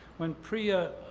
when pria